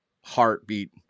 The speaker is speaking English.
heartbeat